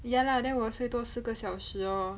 ya lah then 我睡多四个小时 lor